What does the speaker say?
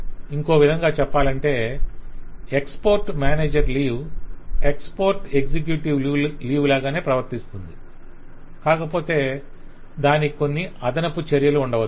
ఇంకో విధంగా చెప్పాలంటే export manager leave export executive leave లాగానే ప్రవర్తిస్తుంది కాకపోతే దానికి కొన్నిఅదనపు చర్యలు ఉండవచ్చు